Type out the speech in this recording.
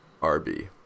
RB